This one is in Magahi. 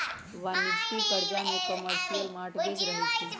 वाणिज्यिक करजा में कमर्शियल मॉर्टगेज रहै छइ